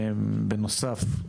בנוסף,